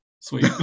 Sweet